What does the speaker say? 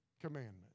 commandment